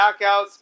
knockouts